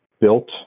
built